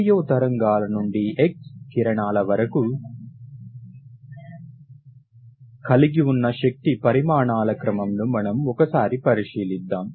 radio తరంగాల నుండి X కిరణాల వరకు కలిగి ఉన్న శక్తి పరిమాణాల క్రమం ను మనం ఒకసారి పరిశీలిద్దాం